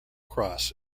cross